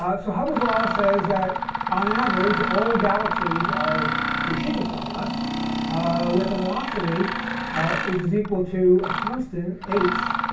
um so hubble's law says that on average all galaxies are receding from us with a velocity which is equal to a constant, h,